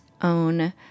own